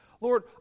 Lord